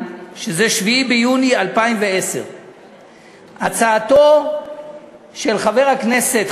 שזה 7 ביוני 2010. הצעתו של חבר הכנסת,